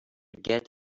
get